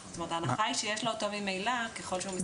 ההנחה היא שיש לו אותו ממילא, ככל שהוא...